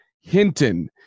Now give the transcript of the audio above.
Hinton